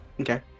Okay